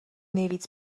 nejvíc